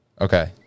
Okay